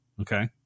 Okay